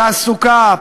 תעסוקה,